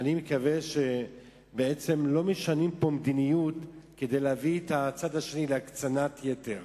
אני מקווה שלא משנים פה מדיניות כדי להביא את הצד השני להקצנת-יתר,